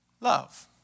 love